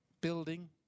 building